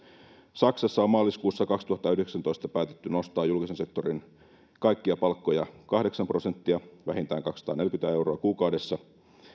saksassa on maaliskuussa kaksituhattayhdeksäntoista päätetty nostaa julkisen sektorin kaikkia palkkoja kahdeksan prosenttia vähintään kaksisataaneljäkymmentä euroa kuukaudessa